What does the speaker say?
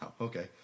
Okay